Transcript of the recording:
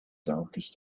darkest